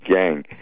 gang